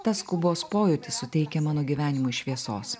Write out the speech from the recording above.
tą skubos pojūtį suteikia mano gyvenimui šviesos